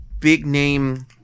big-name